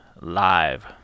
Live